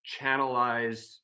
channelized